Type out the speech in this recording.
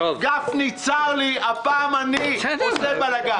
גפני, צר לי, הפעם אני עושה בלגן.